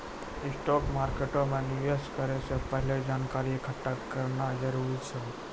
stock मार्केटो मे निवेश करै से पहिले जानकारी एकठ्ठा करना जरूरी छै